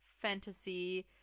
fantasy